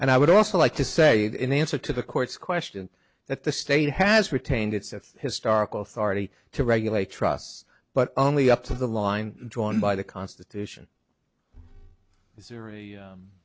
and i would also like to say in answer to the court's question that the state has retained its a historical starting to regulate trusts but only up to the line drawn by the constitution is there a